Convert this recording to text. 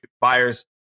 buyers